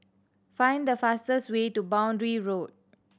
find the fastest way to Boundary Road